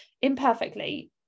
imperfectly